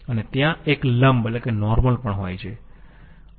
અને ત્યાં 1 લંબ પણ હોય છે